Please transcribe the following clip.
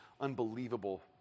unbelievable